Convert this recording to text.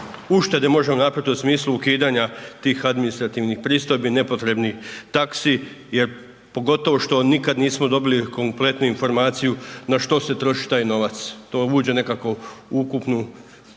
uštede možemo napraviti u smislu ukidanja tih administrativnih pristojbi, nepotrebnih taksi jer, pogotovo što nikad nismo dobili kompletnu informaciju na što se troši taj novac. To vuče nekako ukupnu